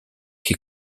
che